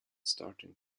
starting